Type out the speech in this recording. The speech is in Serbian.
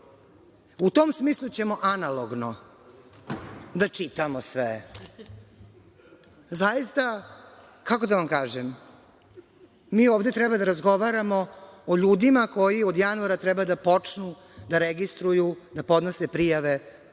U tom smislu ćemo analogno da čitamo sve. Zaista, kako da vam kažem, mi ovde treba da razgovaramo o ljudima koji od januara treba da počnu da registruju, da podnose prijave o